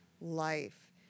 life